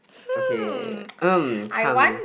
okay um come